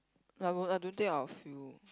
no I won't I don't think I will feel